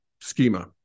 schema